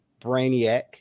Brainiac